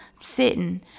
sitting